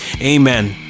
Amen